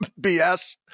BS